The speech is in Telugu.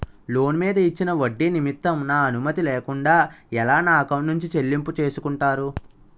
లోన్ మీద ఇచ్చిన ఒడ్డి నిమిత్తం నా అనుమతి లేకుండా ఎలా నా ఎకౌంట్ నుంచి చెల్లింపు చేసుకుంటారు?